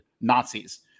Nazis